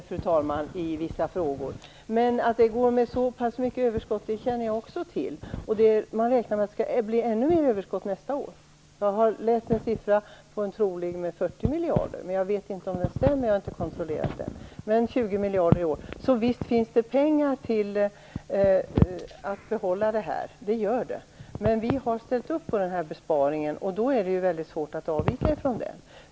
Fru talman! Det är bra att vi är eniga i vissa frågor. Jag känner till att socialförsäkringarna går med ett så pass stort överskott, och man räknar med att det skall bli ännu större nästa år. Jag har läst att det kan bli 40 miljarder, men jag har inte kontrollerat det och vet inte om det stämmer. Överskottet är alltså 20 miljarder i år, så visst finns det pengar för att behålla nuvarande nivåer. Men vi har ställt upp på den här besparingen, och då är det svårt att avvika från den.